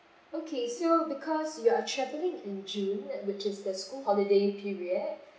okay so because you are travelling in june which is the school holiday period